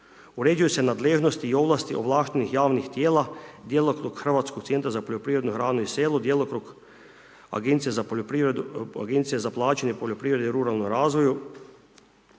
Uređuju se nadležnosti i ovlasti ovlaštenih javnih tijela, djelokrug hrvatskog centra za poljoprivrednu hranu i selo, djelokrug agencija za plaćanje poljoprivrede ruralnom razvoju,